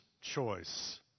choice